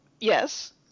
Yes